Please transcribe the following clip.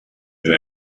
and